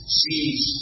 sees